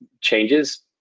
changes